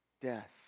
death